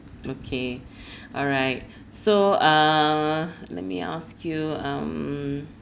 okay alright so uh let me ask you um